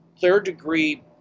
third-degree